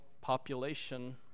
population